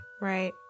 right